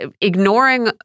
ignoring